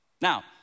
Now